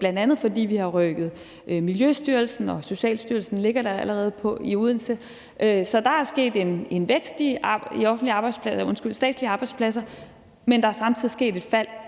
bl.a. fordi vi har rykket Miljøstyrelsen og Socialstyrelsen til Odense, så der er sket en vækst i antallet af statslige arbejdspladser. Men der er samtidig sket et fald